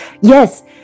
Yes